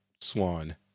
swan